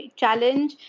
challenge